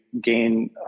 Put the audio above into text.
gain